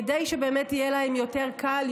כדי שיהיה להם באמת יותר קל,